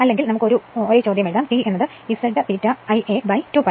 അല്ലെങ്കിൽ നമുക്ക് ഒരേ ചോദ്യം എഴുതാം T Z∅ Ia 2 π